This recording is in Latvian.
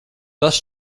tas